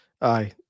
Aye